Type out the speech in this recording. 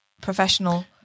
professional